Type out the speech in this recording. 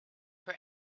for